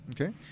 Okay